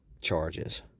charges